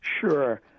Sure